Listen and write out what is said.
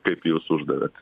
kaip jūs uždavėt